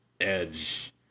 edge